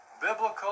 biblical